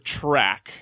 track